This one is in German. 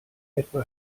etwa